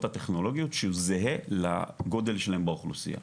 הטכנולוגיות שהוא זהה לגודל שלהם באוכלוסייה,